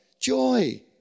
joy